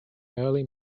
early